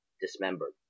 dismembered